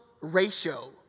ratio